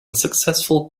successful